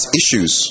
issues